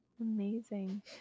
Amazing